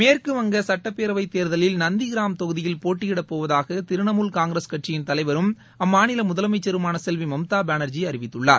மேற்குவங்க சட்டப்பேரவை தேர்தலில் நந்திகிராம் தொகுதியில் போட்டியிடப்போவதாக திரிணமுல் காங்கிரஸ் கட்சியின் தலைவரும் அம்மாநில முதலமைச்சருமான செல்வி மம்தா பானர்ஜி அறிவித்துள்ளார்